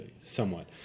somewhat